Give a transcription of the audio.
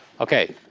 okay,